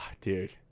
dude